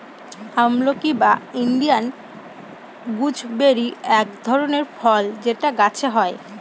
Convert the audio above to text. আমলকি বা Indian gooseberry এক ধরনের ফল যেটা গাছে হয়